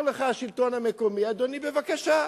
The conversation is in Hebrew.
אמר לך השלטון המקומי, אדוני, בבקשה,